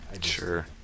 Sure